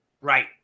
right